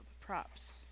Props